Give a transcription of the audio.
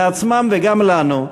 לעצמם וגם לנו,